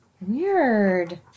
Weird